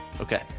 Okay